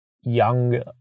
young